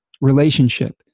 relationship